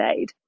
aid